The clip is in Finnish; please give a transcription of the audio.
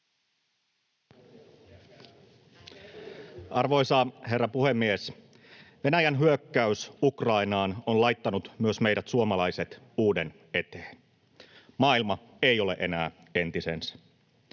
Arvoisa herra puhemies! Venäjän hyökkäys Ukrainaan on laittanut myös meidät suomalaiset uuden eteen. Maailma ei ole enää entisensä.